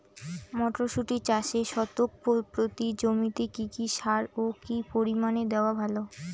মটরশুটি চাষে শতক প্রতি জমিতে কী কী সার ও কী পরিমাণে দেওয়া ভালো?